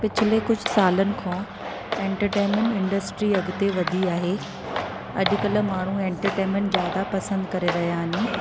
पिछले कुझु सालनि खां एंटरटेनमेंट इंडस्ट्री अॻिते वधी वई आहे अॾुकल्ह माण्हू एंटरटेनमेंट जादा पसंदि करे रहिया आहिनि